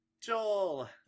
Joel